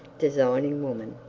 designing woman.